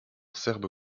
serbe